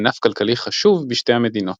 ענף כלכלי חשוב בשתי המדינות.